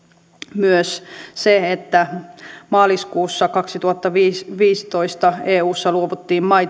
myös se että maaliskuussa kaksituhattaviisitoista eussa luovuttiin